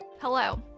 Hello